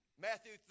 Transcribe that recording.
Matthew